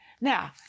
Now